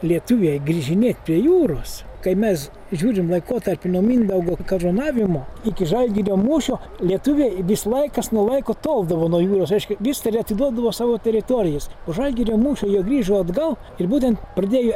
lietuviai grįžinėt prie jūros kai mes žiūrim laikotarpį nuo mindaugo karūnavimo iki žalgirio mūšio lietuviai vis laikas nuo laiko toldavo nuo jūros reiškia vis teri atiduodavo savo teritorijas po žalgirio mūšio jie grįžo atgal ir būtent pradėjo